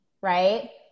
right